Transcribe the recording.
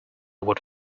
what